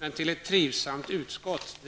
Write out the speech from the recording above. och till att vi trivts i vårt utskott!